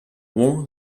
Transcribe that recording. war